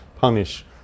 punish